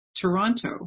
Toronto